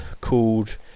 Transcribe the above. called